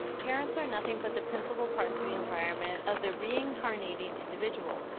parents are nothing but the principal parts of the environment of the re-incarnating individual.